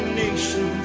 nation